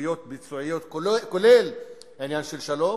בסוגיות ביצועיות, כולל בעניין של שלום.